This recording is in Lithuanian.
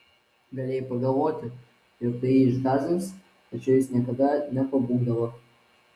galėjai pagalvoti jog tai jį išgąsdins tačiau jis niekada nepabūgdavo